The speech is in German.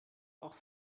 auch